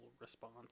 response